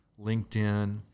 LinkedIn